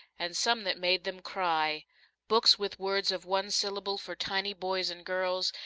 and some that made them cry books with words of one syllable for tiny boys and girls,